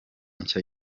nshya